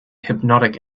hypnotic